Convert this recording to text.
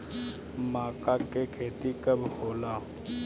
माका के खेती कब होला?